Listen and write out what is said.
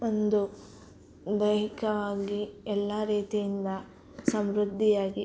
ಒಂದು ದೈಹಿಕವಾಗಿ ಎಲ್ಲ ರೀತಿಯಿಂದ ಸಮೃದ್ಧಿಯಾಗಿ